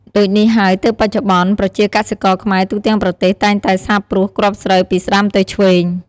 ដូចនេះហើយទើបបច្ចុប្បន្នប្រជាកសិករខ្មែរទូទាំងប្រទេសតែងតែសាបព្រួសគ្រាប់ស្រូវពីស្ដាំទៅឆ្វេង។